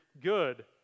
good